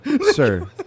Sir